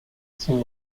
sin